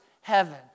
heaven